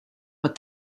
but